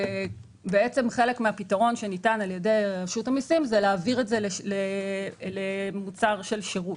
חלק מהפתרון שניתן על ידי רשות המסים הוא להעביר את זה למוצר של שירות.